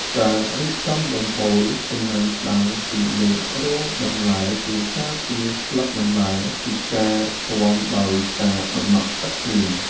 ការរៀបចំដំបូលសំណាញ់ស្តើងពីលើរងបន្លែជួយការពារស្លឹកបន្លែពីការជាំដោយសារតំណក់ទឹកភ្លៀង។